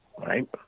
Right